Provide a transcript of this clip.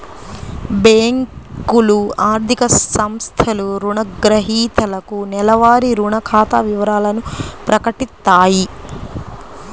బ్యేంకులు, ఆర్థిక సంస్థలు రుణగ్రహీతలకు నెలవారీ రుణ ఖాతా వివరాలను ప్రకటిత్తాయి